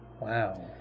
Wow